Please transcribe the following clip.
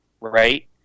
right